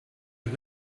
are